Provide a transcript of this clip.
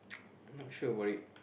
not sure about it